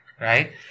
right